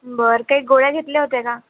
बरं काही गोळ्या घेतल्या होत्या ना